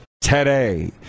today